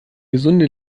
gesunde